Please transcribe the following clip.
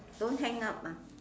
don't hang up ah